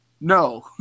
No